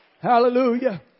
Hallelujah